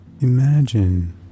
imagine